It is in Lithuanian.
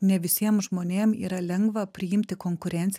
ne visiem žmonėm yra lengva priimti konkurenciją